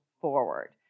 forward